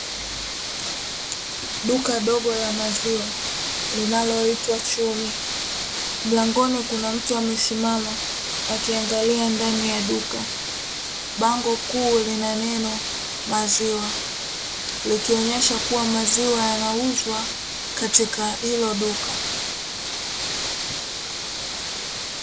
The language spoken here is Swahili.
Duka dogo la maziwa, linaloitwa "chumi" mlangoni kuna mtu amesimama akiangalia ndani ya duka. Bango kuu lina neno maziwa, likionyesha kuwa maziwa yanauzwa katika hilo duka.